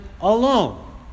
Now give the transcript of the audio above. alone